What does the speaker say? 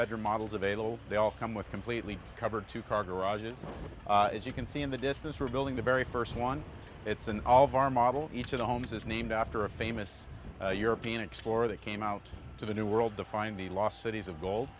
better models available they all come with completely covered two car garages and as you can see in the distance we're building the very st one it's an all of our model each of the homes is named after a famous european explorer that came out to the new world to find the lost cities of gold